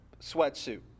sweatsuit